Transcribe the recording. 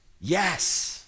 Yes